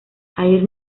air